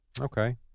Okay